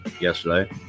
yesterday